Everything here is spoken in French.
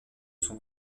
son